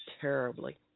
terribly